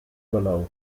below